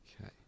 Okay